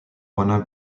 wanna